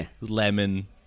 lemon